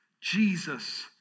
Jesus